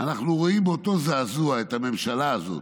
אנחנו רואים באותו זעזוע את הממשלה הזאת,